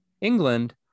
England